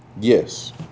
Yes